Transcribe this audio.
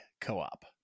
co-op